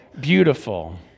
beautiful